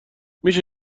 میشه